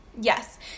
Yes